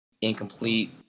incomplete